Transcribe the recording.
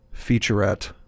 featurette